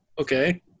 Okay